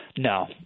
No